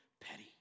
petty